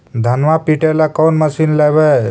धनमा पिटेला कौन मशीन लैबै?